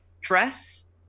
dress